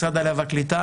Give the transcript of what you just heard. משרד העלייה והקליטה,